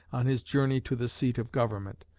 on his journey to the seat of government,